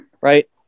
right